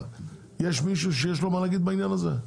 יש מישהו שיש לו מה להגיד בעניין הזה?